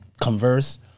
converse